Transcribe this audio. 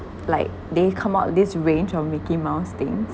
like they come out this range of mickey mouse things